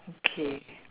okay